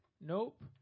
Nope